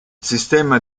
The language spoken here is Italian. sistema